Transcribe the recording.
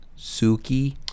Suki